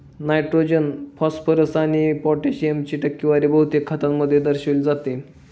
nitrogen, phosphorus आणि पोटॅशियमची टक्केवारी बहुतेक खतांमध्ये दर्शविली जाते